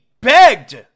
begged